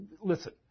listen